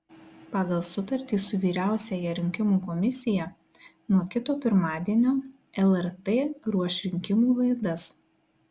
pagal sutartį su vyriausiąja rinkimų komisija nuo kito pirmadienio lrt ruoš rinkimų laidas